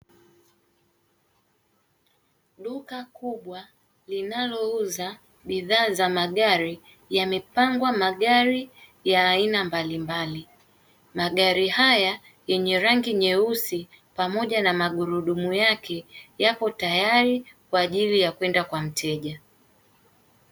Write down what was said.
Duka kubwa linalouza bidhaa za magari yamepangwa magari ya aina mbalimbali, magari haya yenye rangi nyeusi pamoja na magurudumu yake yapo tayari kwajili ya kwenda kwa mteja.